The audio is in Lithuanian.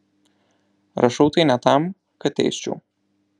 rašau tai ne tam kad teisčiau